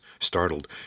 Startled